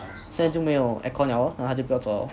现在就没有 aircon 了咯 then 他就不要做了咯